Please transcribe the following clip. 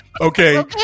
okay